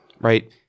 right